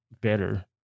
better